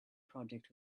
project